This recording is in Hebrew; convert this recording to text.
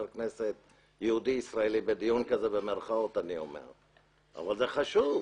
כנסת יהודי-ישראלי בדיון כזה אבל זה חשוב.